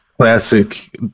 classic